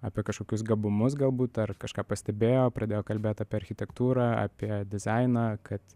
apie kažkokius gabumus galbūt ar kažką pastebėjo pradėjo kalbėt apie architektūrą apie dizainą kad